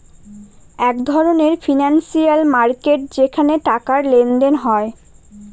এক ধরনের financial market যেখানে টাকার লেনদেন হয়